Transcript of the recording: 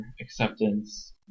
acceptance